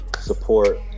support